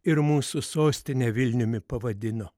ir mūsų sostinę vilniumi pavadino